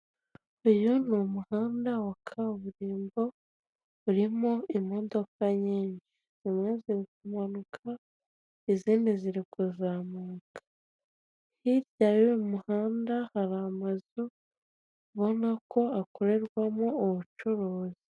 Uyu ni umuhanda wa kaburimbo urimo imodoka nyinshi, zimwe ziri kumanuka izindi ziri kuzamuka. Hirya y'uyu muhanda hari amazu ubona ko akorerwamo ubucuruzi.